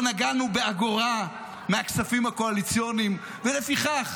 לא נגענו באגורה מהכספים הקואליציוניים ולפיכך